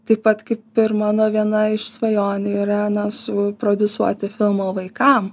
taip pat kaip ir mano viena iš svajonių yra na suprodusuoti filmą vaikam